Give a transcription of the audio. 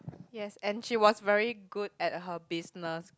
yes and she was very good at her business